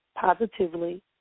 positively